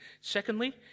Secondly